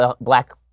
Black